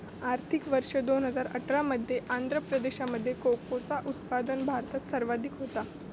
आर्थिक वर्ष दोन हजार अठरा मध्ये आंध्र प्रदेशामध्ये कोकोचा उत्पादन भारतात सर्वाधिक होता